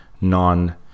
non